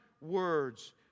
words